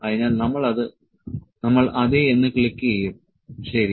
അതിനാൽ നമ്മൾ അതെ എന്ന് ക്ലിക്ക് ചെയ്യും ശരി